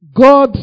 God